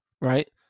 right